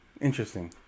interesting